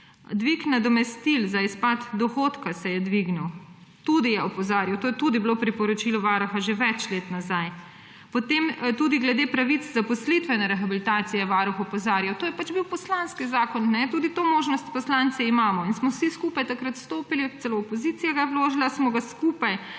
Dvig nadomestil za izpad dohodka se je dvignil, tudi na to je opozarjal, to je tudi bilo priporočilo Varuha že več let nazaj. Tudi glede pravic zaposlitvene rehabilitacije je Varuh opozarjal. To je pač bil poslanski zakon, tudi to možnost poslanci imamo in smo vsi skupaj takrat stopili, celo opozicija ga je vložila, smo ga skupaj